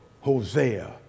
Hosea